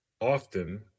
often